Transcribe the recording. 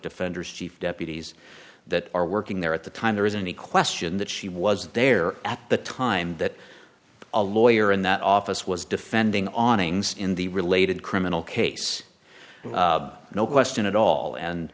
defenders chief deputies that are working there at the time there is any question that she was there at the time that a lawyer in that office was defending on ng's in the related criminal case no question at all and